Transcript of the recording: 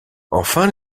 enfin